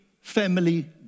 family